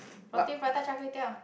roti prata Char-Kway-Teow